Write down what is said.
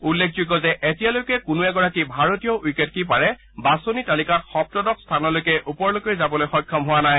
উল্লেখযোগ্য যে এতিয়ালৈকে কোনো এগৰাকী ভাৰতীয় উইকেট কীপাৰে বাছনি তালিকাত সপ্তদশ স্থানতকৈ ওপৰলৈ যাবলৈ সক্ষম হোৱা নাই